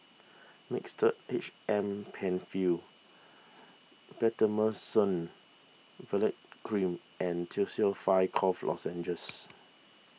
Mixtard H M Penfill Betamethasone Valerate Cream and Tussils five Cough Lozenges